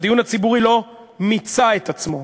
הדיון הציבורי לא "מיצה את עצמו".